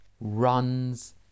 runs